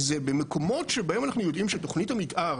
זה במקומות שבהם אנחנו יודעים שתוכנית המתאר